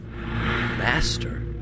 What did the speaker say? Master